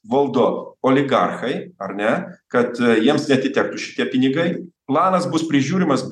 valdo oligarchai ar ne kad jiems neatitektų šitie pinigai planas bus prižiūrimas